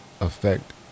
affect